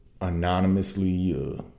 anonymously